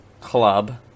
club